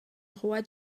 roi